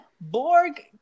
Borg